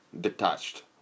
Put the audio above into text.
detached